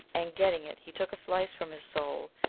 and, getting it, he took a slice from his sole,